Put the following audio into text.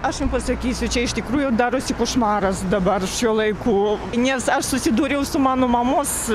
aš jum pasakysiu čia iš tikrųjų darosi košmaras dabar šiuo laiku nes aš susidūriau su mano mamos